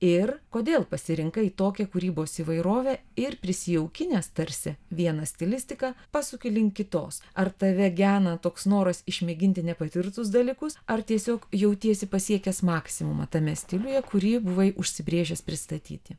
ir kodėl pasirinkai tokią kūrybos įvairovę ir prisijaukinęs tarsi vieną stilistiką pasuki link kitos ar tave gena toks noras išmėginti nepatirtus dalykus ar tiesiog jautiesi pasiekęs maksimumą tame stiliuje kurį buvai užsibrėžęs pristatyti